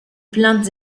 plaintes